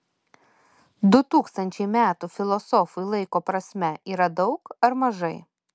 du tūkstančiai metų filosofui laiko prasme yra daug ar mažai